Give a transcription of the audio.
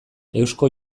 eusko